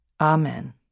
Amen